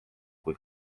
kui